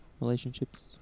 relationships